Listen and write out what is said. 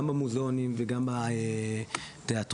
גם במוזיאונים וגם בתיאטראות,